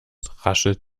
raschelt